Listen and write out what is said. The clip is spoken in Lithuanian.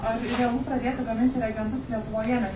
ar realu pradėti gaminti reagentus lietuvoje nes